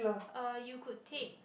uh you could take